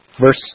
Verse